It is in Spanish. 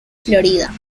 florida